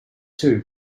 two